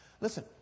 Listen